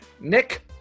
Nick